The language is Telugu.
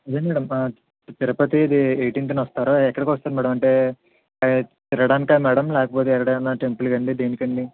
అదే మ్యాడమ్ తిరుపతి ఎయిటీన్త్న వస్తారా ఎక్కడికి వస్తారు మ్యాడమ్ అంటే తిరగడానికా మ్యాడమ్ లేకపోతే ఎక్కడైనా టెంపుల్కా అండి దేనికండి